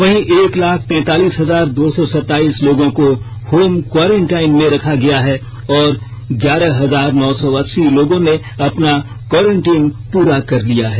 वहीं एक लाख तैंतालीस हजार दो सौ सताइस लोगों को होम कोरेन्टीन में रखा गया है और ग्यारह हजार नौ सौ अस्सी लोगों ने अपना कोरेंटिन प्ररा कर लिया है